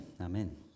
Amen